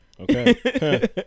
Okay